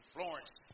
Florence